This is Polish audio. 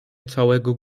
całego